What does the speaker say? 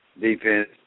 defense